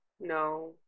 No